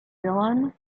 dillon